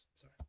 Sorry